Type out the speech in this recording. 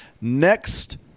next